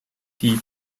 die